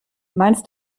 meinst